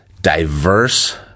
diverse